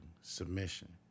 submission